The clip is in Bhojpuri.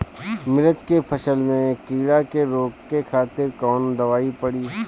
मिर्च के फसल में कीड़ा के रोके खातिर कौन दवाई पड़ी?